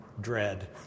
dread